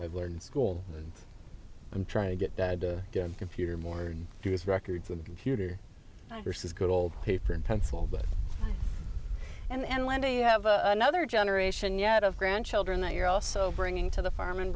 i've learned in school and i'm trying to get dad to computer more and do his records with the computer versus good old paper and pencil but and when do you have a nother generation yet of grandchildren that you're also bringing to the farm and